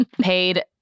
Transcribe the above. paid